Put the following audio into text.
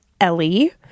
Ellie